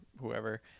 whoever